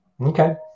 Okay